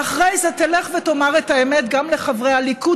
ואחרי זה תלך ותאמר את האמת גם לחברי הליכוד,